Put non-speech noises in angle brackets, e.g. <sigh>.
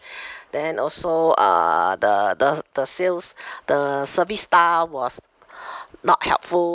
<breath> then also uh the the the sales the service staff was <breath> not helpful